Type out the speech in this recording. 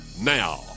now